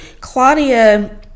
Claudia